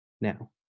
Now